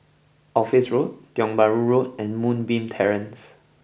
Office Road Tiong Bahru Road and Moonbeam Terrace